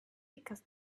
because